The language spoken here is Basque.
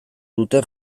duten